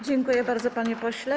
Dziękuję bardzo, panie pośle.